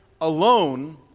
alone